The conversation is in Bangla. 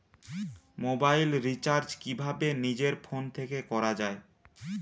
মোবাইল রিচার্জ কিভাবে নিজের ফোন থেকে করা য়ায়?